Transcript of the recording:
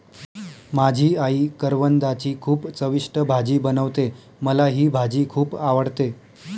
माझी आई करवंदाची खूप चविष्ट भाजी बनवते, मला ही भाजी खुप आवडते